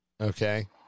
Okay